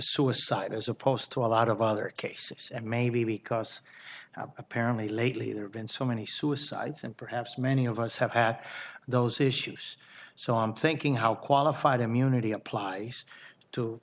suicide as opposed to a lot of other cases and maybe because apparently lately there have been so many suicides and perhaps many of us have at those issues so i'm thinking how qualified immunity appl